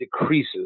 decreases